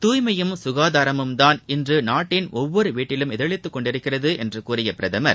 துய்மையும் சுகாதாரமும்தான் இன்று நாட்டின் ஒவ்வொரு வீட்டிலும் எதிரொளித்துக் கொண்டிருக்கிறது என்று கூறிய பிரதமர்